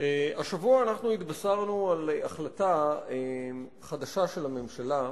השבוע התבשרנו על החלטה חדשה של הממשלה,